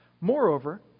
Moreover